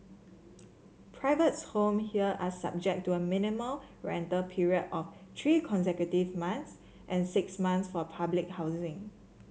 privates homes here are subject to a minimum rental period of three consecutive months and six months for public housing